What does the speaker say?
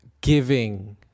giving